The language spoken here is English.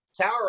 Tower